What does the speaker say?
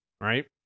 right